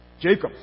Jacob